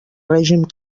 règim